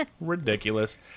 Ridiculous